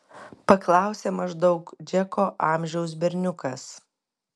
paklausė maždaug džeko amžiaus berniukas